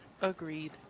Agreed